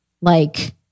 like-